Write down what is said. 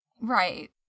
Right